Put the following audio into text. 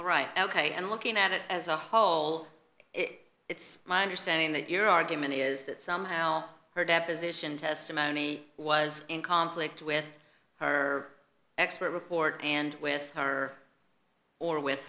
right ok and looking at it as a whole it it's my understanding that your argument is that somehow her deposition testimony was in conflict with her expert report and with her or with